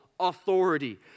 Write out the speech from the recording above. authority